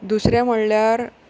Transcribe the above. दुसरें म्हणल्यार